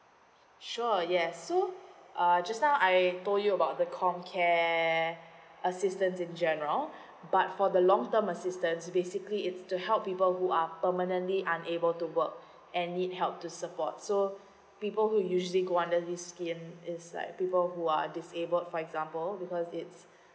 sure yes so uh just now I told you about the com care assistance in general but for the long term assistance basically it's to help people who are permanently unable to work and need help to support so people who usually go under this scheme is like people who are disabled for example because it's